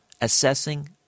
assessing